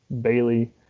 Bailey